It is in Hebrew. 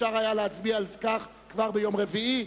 אפשר היה להצביע על כך כבר ביום רביעי.